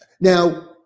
now